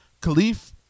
Khalif